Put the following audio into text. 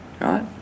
right